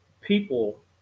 people